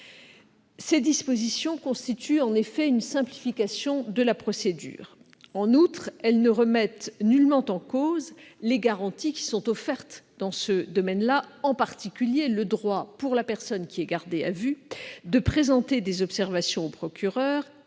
Ces dispositions constituent en effet une simplification de la procédure. En outre, elles ne remettent nullement en cause les garanties qui sont offertes dans ce domaine, en particulier le droit pour la personne gardée à vue de présenter des observations au procureur